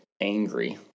angry